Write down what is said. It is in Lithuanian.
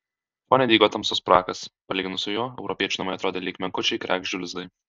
fone dygo tamsus prakas palyginus su juo europiečių namai atrodė lyg menkučiai kregždžių lizdai